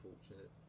unfortunate